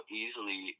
easily